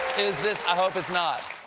is this i hope it's not.